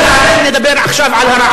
מה זה קשור?